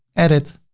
add it